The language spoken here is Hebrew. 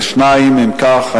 2. אם כך,